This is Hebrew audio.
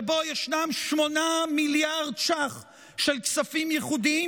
שבו ישנם 8 מיליארד ש"ח של כספים ייחודיים?